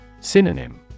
Synonym